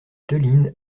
theline